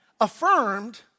affirmed